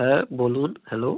হ্যাঁ বলুন হ্যালো